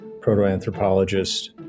proto-anthropologist